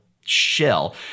shell